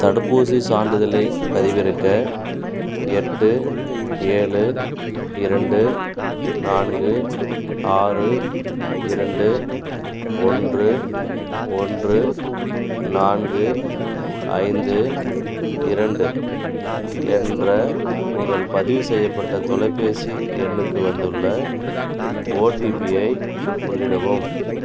தடுப்பூசிச் சான்றிதழைப் பதிவிறக்க எட்டு ஏழு இரண்டு நான்கு ஆறு இரண்டு ஒன்று ஒன்று நான்கு ஐந்து இரண்டு என்ற உங்கள் பதிவு செய்யப்பட்ட தொலைபேசி எண்ணுக்கு வந்துள்ள ஓடிபியை உள்ளிடவும்